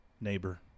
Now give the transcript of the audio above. neighbor